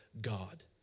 God